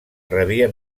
rebia